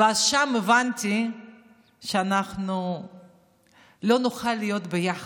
ואז הבנתי שאנחנו לא נוכל להיות ביחד,